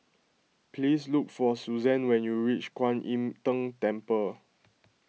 please look for Susanne when you reach Kuan Im Tng Temple